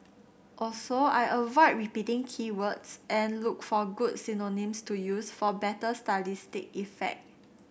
also I avoid repeating key words and look for good synonyms to use for better stylistic effect